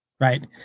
Right